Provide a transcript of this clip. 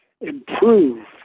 improve